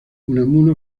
unamuno